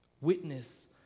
Witness